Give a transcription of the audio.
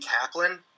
Kaplan